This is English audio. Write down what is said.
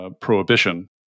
prohibition